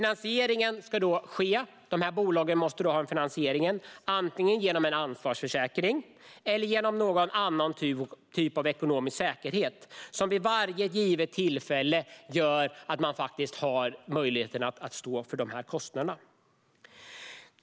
Dessa bolag måste då ha en finansiering, och finansieringen ska ske antingen genom en ansvarsförsäkring eller genom någon annan typ av ekonomisk säkerhet, som vid varje givet tillfälle gör att man har möjlighet att stå för kostnaderna.